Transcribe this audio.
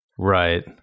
Right